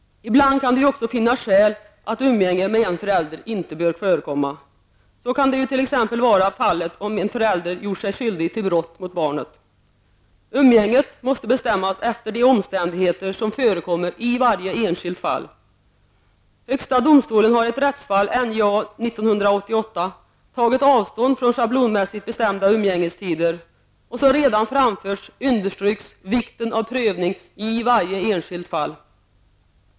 Ibland kan det ju också finnas skäl att umgänge med den ena föräldern inte bör förekomma. Så kan t.ex. vara fallet om en förälder gjort sig skyldig till brott mot barnet. Umgänget måste bestämmas efter de omständigheter som förekommer i varje enskilt fall. Högsta domstolen har i ett rättsfall, NJA 1988, tagit avstånd från schablonmässigt bestämda umgängestider. Som redan framförts understryks vikten av prövning i varje enskilt fall.